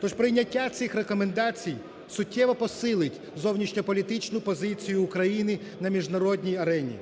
Тож прийняття цих рекомендацій суттєво посилить зовнішньополітичну позицію України на міжнародній арені.